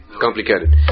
Complicated